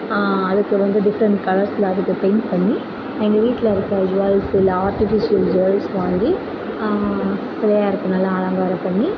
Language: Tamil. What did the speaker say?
அதுக்கு வந்து டிஃபரென்ட்ஸ் கலர்ஸில் அதுக்கு பெயிண்ட் பண்ணி எங்கள் வீட்டில் இருக்கற ஜுவல்ஸ் இல்லை ஆர்ட்டிஃபிஷியல் ஜுவல்ஸ் வாங்கி பிள்ளையாருக்கு நல்லா அலங்காரம் பண்ணி